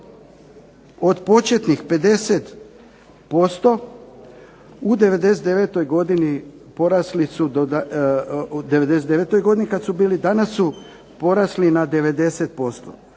od početnih 50% u 99. godini porasli su,